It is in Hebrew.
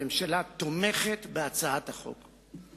הממשלה תומכת בהצעת החוק.